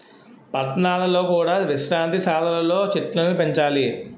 పట్టణాలలో కూడా విశ్రాంతి సాలలు లో చెట్టులను పెంచాలి